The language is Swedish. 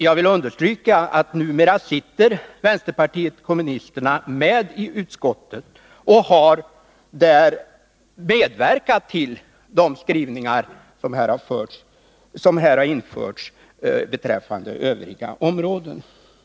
Jag vill understryka att vänsterpartiet kommunisterna numera sitter med i utskottet. De har där medverkat till de skrivningar som har införts beträffande övriga områden.